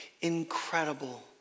incredible